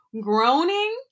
groaning